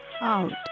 out